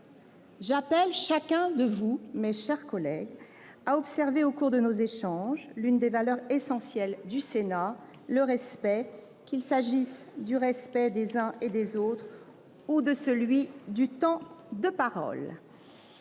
j’appelle chacun de vous à observer, au cours de nos échanges, l’une des valeurs essentielles du Sénat : le respect, qu’il s’agisse du respect des uns et des autres ou de celui du temps de parole.